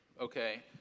okay